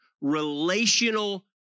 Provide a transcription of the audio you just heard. relational